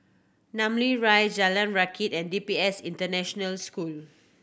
Namly Rise Jalan Rakit and D P S International School